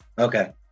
Okay